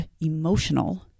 emotional